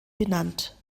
benannt